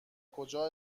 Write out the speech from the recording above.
کجا